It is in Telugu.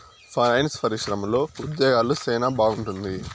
పైనాన్సు పరిశ్రమలో ఉద్యోగాలు సెనా బాగుంటుంది